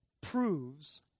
proves